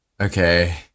okay